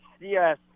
yes